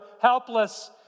helpless